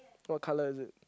what colour is it